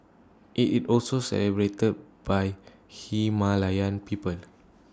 IT it also celebrated by Himalayan peoples